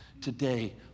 today